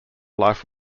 life